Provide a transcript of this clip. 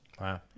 Wow